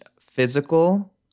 physical